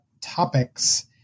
topics